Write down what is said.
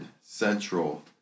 central